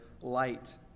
light